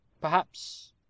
Perhaps